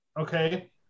Okay